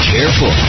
Careful